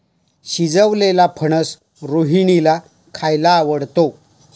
शिजवलेलेला फणस रोहिणीला खायला आवडतो